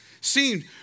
seemed